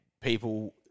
people